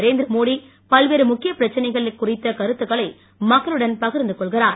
நரேந்திர மோடி பல்வேறு முக்கியப் பிரச்சனைகள் குறித்த கருத்துக்களை மக்களுடன் பகிர்ந்து கொள்கிறார்